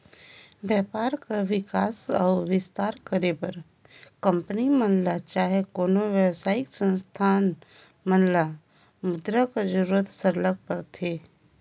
बयपार कर बिकास अउ बिस्तार करे बर कंपनी मन ल चहे कोनो बेवसायिक संस्था मन ल मुद्रा कर जरूरत सरलग परथे